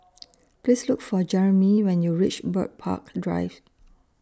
Please Look For Jerimy when YOU REACH Bird Park Drive